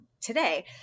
today